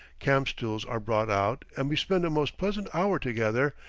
camp-stools are brought out, and we spend a most pleasant hour together,